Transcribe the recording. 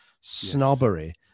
snobbery